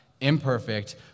imperfect